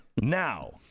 Now